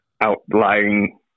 outlying